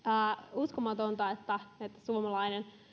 uskomatonta että suomalainen